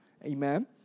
Amen